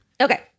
Okay